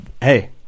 hey